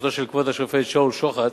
בראשותו של כבוד השופט שאול שוחט,